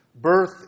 birth